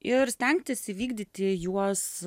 ir stengtis įvykdyti juos